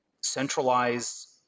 centralized